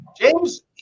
James